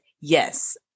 yes